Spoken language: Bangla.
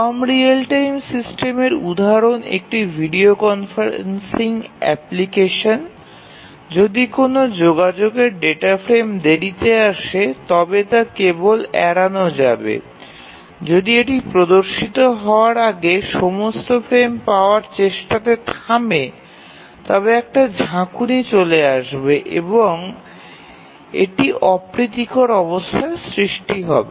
ফার্ম রিয়েল টাইম সিস্টেমের উদাহরণ একটি ভিডিও কনফারেন্সিং অ্যাপ্লিকেশন যদি কোনও যোগাযোগের ডেটা ফ্রেম দেরিতে আসে তবে তা কেবল এড়ানো যাবে যদি এটি প্রদর্শিত হওয়ার আগে সমস্ত ফ্রেম পাওয়ার চেষ্টাতে থামে তবে একটি ঝাঁকুনি চলে আসবে এবং এটি অপ্রীতিকর অবস্থার সৃষ্টি হবে